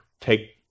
take